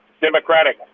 Democratic